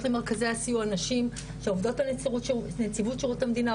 למרכזי הסיוע נשים שעובדות בנציבות שירות המדינה,